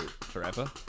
forever